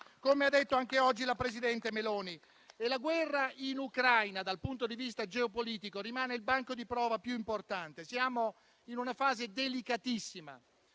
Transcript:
come ha detto anche oggi la presidente Meloni. La guerra in Ucraina, dal punto di vista geopolitico, rimane il banco di prova più importante. Siamo in una fase delicatissima.